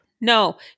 No